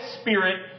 spirit